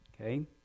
okay